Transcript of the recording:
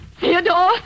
Theodore